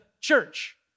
church